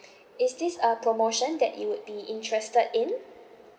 is this a promotion that you would be interested in